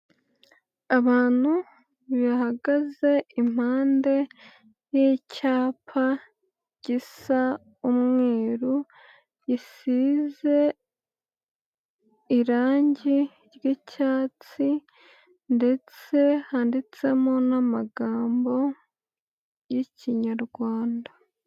Abantu bahagaze impande y'icyapa gisa umweru gisize irangi ry'icyatsi ndetse handitsemo n'amagambo y'ikinyarwanda.